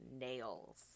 nails